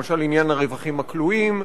למשל עניין הרווחים הכלואים.